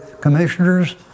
Commissioners